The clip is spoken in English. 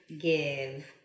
give